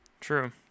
True